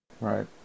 Right